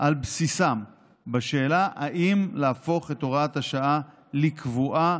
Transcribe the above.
על בסיסם בשאלה אם להפוך את הוראת השעה לקבועה,